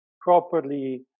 properly